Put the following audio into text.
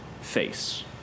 face